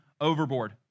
overboard